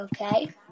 Okay